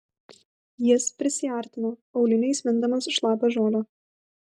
jis prisiartino auliniais mindamas šlapią žolę